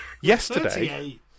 yesterday